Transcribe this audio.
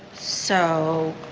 so,